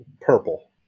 purple